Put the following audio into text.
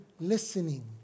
listening